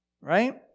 Right